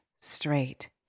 straight